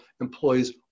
employees